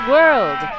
World